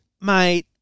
mate